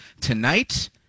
tonight